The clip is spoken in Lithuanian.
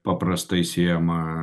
paprastai siejama